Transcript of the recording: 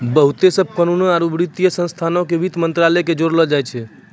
बहुते सभ कानूनो आरु वित्तीय संस्थानो के वित्त मंत्रालय से जोड़लो जाय छै